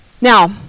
now